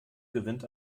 gewinnt